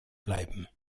bleiben